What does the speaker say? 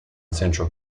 central